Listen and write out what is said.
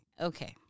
Okay